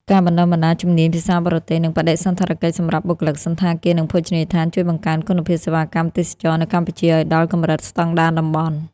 ការបណ្ដុះបណ្ដាលជំនាញភាសាបរទេស និងបដិសណ្ឋារកិច្ចសម្រាប់បុគ្គលិកសណ្ឋាគារ និងភោជនីយដ្ឋាន ជួយបង្កើនគុណភាពសេវាកម្មទេសចរណ៍នៅកម្ពុជាឱ្យដល់កម្រិតស្ដង់ដារតំបន់។